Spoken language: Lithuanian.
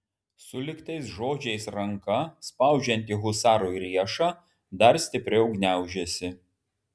sulig tais žodžiais ranka spaudžianti husarui riešą dar stipriau gniaužėsi